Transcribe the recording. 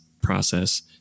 process